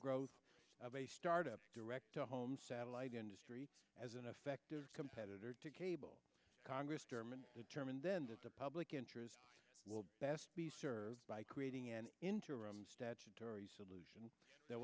growth of a startup direct to home satellite industry as an effect competitor to cable congress dermont determined then that the public interest will best be served by create an interim statutory solution that